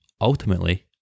Ultimately